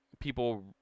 people